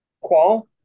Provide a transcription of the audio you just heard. Qual